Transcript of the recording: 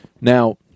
Now